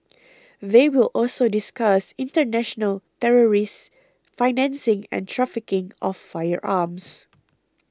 they will also discuss international terrorist financing and trafficking of firearms